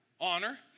Honor